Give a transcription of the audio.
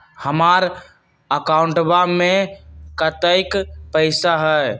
हमार अकाउंटवा में कतेइक पैसा हई?